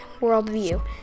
worldview